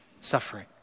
suffering